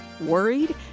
Worried